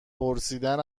پرسیدن